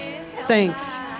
Thanks